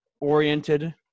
oriented